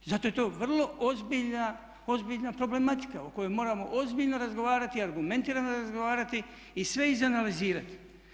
Zato je to vrlo ozbiljna problematika o kojoj moramo ozbiljno razgovarati i argumentirano razgovarati i sve izanalizirati.